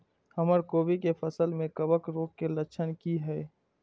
हमर कोबी के फसल में कवक रोग के लक्षण की हय?